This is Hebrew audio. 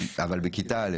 אבל בכיתה א',